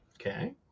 Okay